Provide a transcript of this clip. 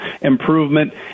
improvement